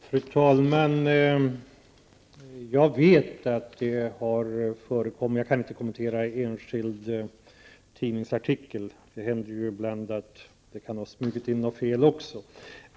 Fru talman! Jag vet att den här typen av tendenser har förekommit. Jag kan inte kommentera en enskild tidningsartikel. Det händer ju att där ibland har smugit in något fel.